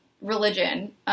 religion